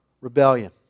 rebellion